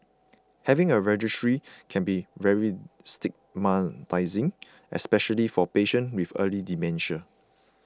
having a registry can be very stigmatising especially for patients with early dementia